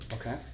Okay